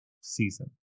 season